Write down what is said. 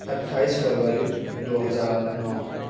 اٹھائیس فروری دو ہزار نو